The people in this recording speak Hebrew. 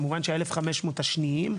כמובן שה-1,500 השניים,